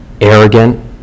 arrogant